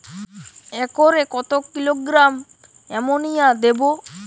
একরে কত kilogram ammonia দেবো?